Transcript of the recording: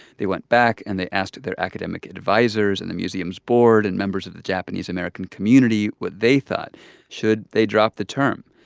they went back and they asked their academic advisers and the museum's board and members of the japanese american community what they thought should they drop the term?